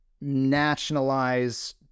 nationalize